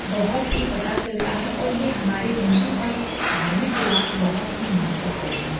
बहुत ही पता चलता है और ये हमारे हिन्दू का धार्मिक रिवाज बहुत ही महत्वपूर्ण है